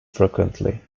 frequently